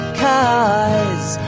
cause